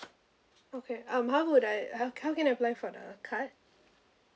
okay um how would I uh how can I apply for the card